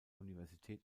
university